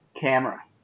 camera